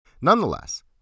Nonetheless